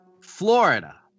Florida